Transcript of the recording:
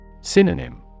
Synonym